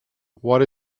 what